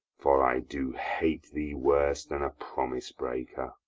for i do hate thee worse than a promise-breaker.